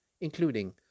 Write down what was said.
including